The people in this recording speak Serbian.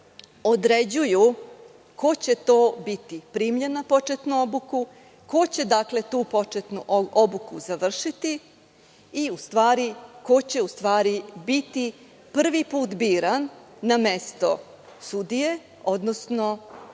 određuju ko će to biti primljen na početnu obuku, ko će tu početnu obuku završiti i u stvari ko će biti prvi put biran na mesto sudije odnosno tužilaca,